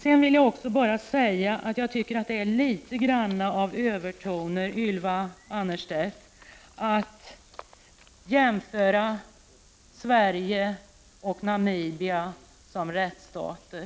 Sedan vill jag också bara säga att jag tycker att det är litet grand av övertoner, Ylva Annerstedt, att jämföra Sverige och Namibia som rättsstater.